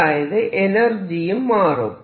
അതായത് എനർജിയും മാറും